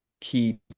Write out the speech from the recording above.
key